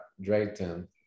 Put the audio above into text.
Drayton